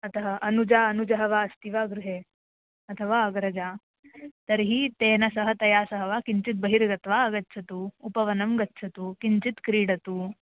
अतः अनुजा अनुजः वा अस्ति वा गृहे अथवा अग्रजा तर्हि तेन सह तया सह वा किञ्चित् बहिर् गत्वा आगच्छतु उपवनं गच्छतु किञ्चित् क्रीडतु